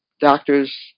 doctors